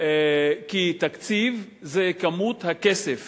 כי תקציב זה כמות הכסף